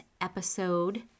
episode